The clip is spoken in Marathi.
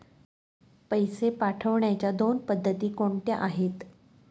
पैसे पाठवण्याच्या दोन पद्धती कोणत्या आहेत?